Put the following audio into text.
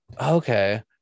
okay